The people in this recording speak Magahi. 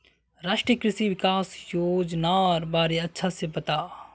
राष्ट्रीय कृषि विकास योजनार बारे अच्छा से बता